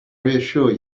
reassure